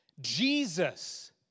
Jesus